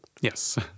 Yes